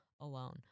alone